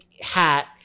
hat